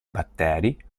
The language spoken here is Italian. batteri